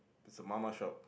it's a mama shop